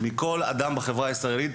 אצל כל אדם בחברה הישראלית,